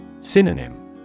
Synonym